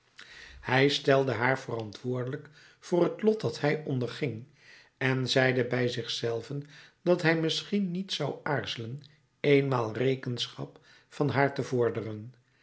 hij stelde haar verantwoordelijk voor het lot dat hij onderging en zeide bij zich zelven dat hij misschien niet zou aarzelen eenmaal rekenschap van haar te vorderen